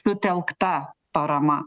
sutelkta parama